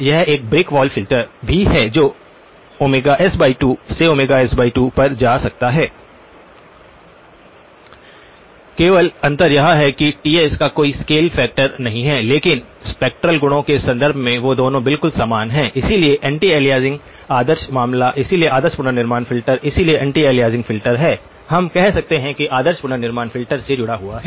यह एक brick wall filter भी है जो s2 से s2 पर जा रहा है केवल अंतर यह है कि Ts का कोई स्केल फैक्टर नहीं है लेकिन स्पेक्ट्रल गुणों के संदर्भ में वे दोनों बिल्कुल समान हैं इसलिए एंटी एलियासिंग आदर्श मामला इसलिए आदर्श पुनर्निर्माण फ़िल्टर इसलिए एंटी अलियासिंग फ़िल्टर है हम कह सकते हैं कि आदर्श पुनर्निर्माण फ़िल्टर से जुड़ा हुआ है